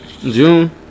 June